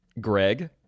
Greg